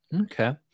Okay